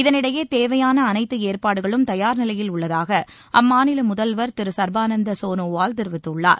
இதனிடையே தேவையான அனைத்து ஏற்பாடுகளும் தயார் நிலையில் உள்ளதாக அம்மாநில முதல்வர் திரு ச்பானந்த சோனோவால் தெரிவித்துள்ளார்